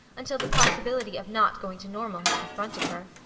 until the possibility of not going to normal had confronted her.